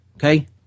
Okay